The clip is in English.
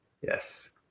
yes